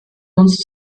uns